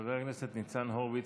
חבר הכנסת ניצן הורוביץ,